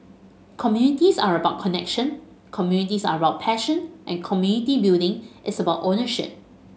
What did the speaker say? communities are about connection communities are about passion and community building is about ownership